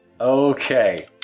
Okay